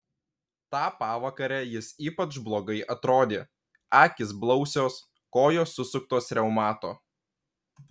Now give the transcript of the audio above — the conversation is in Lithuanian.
tą pavakarę jis ypač blogai atrodė akys blausios kojos susuktos reumato